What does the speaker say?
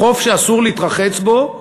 בחוף שאסור להתרחץ בו,